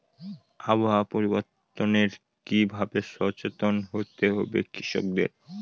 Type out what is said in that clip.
আবহাওয়া পরিবর্তনের কি ভাবে সচেতন হতে হবে কৃষকদের?